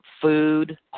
food